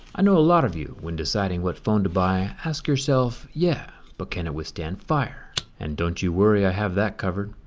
i know a lot of you, when deciding what phone to buy, ask yourself yeah, but can it withstand fire and don't you worry, i have that covered.